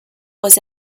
was